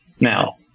now